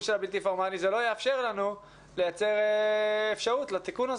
של הבלתי פורמלי לייצר אפשרות לתיקון.